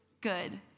good